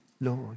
Lord